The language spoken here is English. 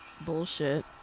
bullshit